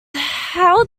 how